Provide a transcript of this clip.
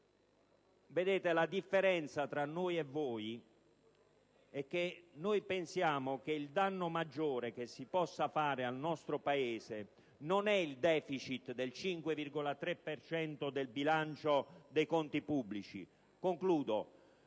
la differenza tra noi e voi è che noi pensiamo che il danno maggiore che si possa fare al nostro Paese non è il deficit del 5,3 per cento del bilancio,